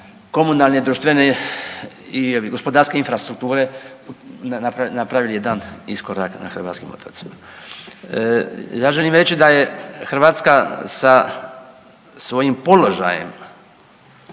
komunalne, društvene i gospodarske infrastrukture napravili jedan iskorak na hrvatskim otocima. Ja želim reći da je Hrvatska sa svojim položajem